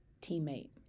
teammate